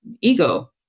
ego